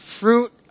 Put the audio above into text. fruit